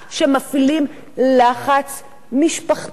שמפעילים לחץ משפחתי,